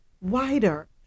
wider